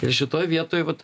ir šitoj vietoj vat